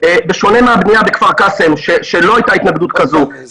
בשונה מהבנייה בכפר קאסם שלא הייתה התנגדות כזו -- עוד פעם זה.